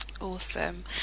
Awesome